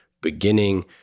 beginning